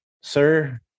sir